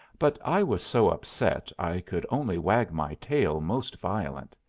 but i was so upset i could only wag my tail most violent.